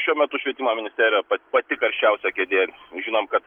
šiuo metu švietimo ministerija pati karščiausia kėdė žinom kad